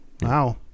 Wow